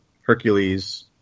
Hercules